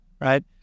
Right